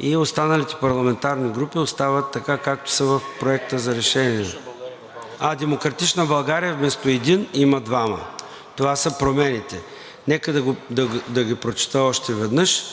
и останалите парламентарни групи остават така, както са в Проекта за решение, а „Демократична България“ вместо 1 има 2. Това са промените. Нека да ги прочета още веднъж.